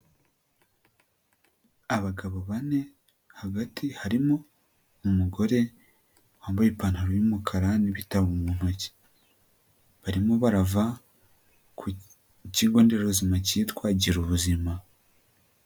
Abagabo bane hagati harimo umugore wambaye ipantaro y'umukara n'ibitabo mu ntoki. Barimo barava ku kigo nderabuzima kitwa Girubuzima.